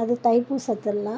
அது தைப்பூச திருவிழா